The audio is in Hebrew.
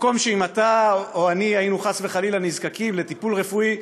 מקום שאם אתה או אני היינו חס וחלילה נזקקים בו לטיפול רפואי,